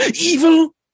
Evil